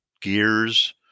gears